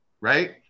right